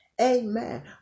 Amen